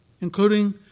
including